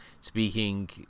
speaking